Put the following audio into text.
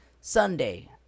Sunday